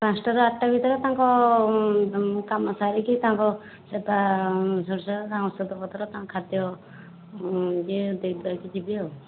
ପାଞ୍ଚଟାରୁ ଆଠଟା ଭିତରେ ତାଙ୍କ କାମ ସାରିକି ତାଙ୍କ ସେବା ଶୁଶ୍ରୂଷା ତାଙ୍କ ଔଷଧ ପତ୍ର ତାଙ୍କ ଖାଦ୍ୟ ଇଏ ଦେଇ ଦୁଆକି ଯିବି ଆଉ